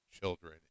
children